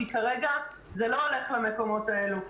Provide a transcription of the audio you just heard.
כי כרגע זה לא הולך למקומות האלו.